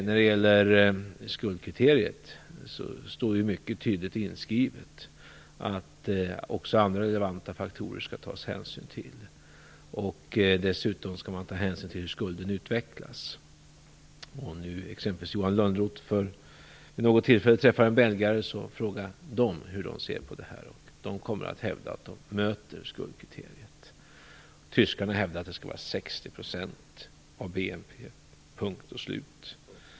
När det gäller skuldkriteriet står det mycket tydligt inskrivet att det också skall tas hänsyn till andra relevanta faktorer. Dessutom skall man ta hänsyn till hur skulden utvecklas. Om Johan Lönnroth vid något tillfälle skulle träffa en belgare tycker jag att han skall fråga honom hur belgarna ser på detta. Belgaren kommer då att hävda att man möter skuldkriteriet. Tyskarna hävdar att det skall uppgå till 60 % av BNP, punkt och slut.